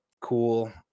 Cool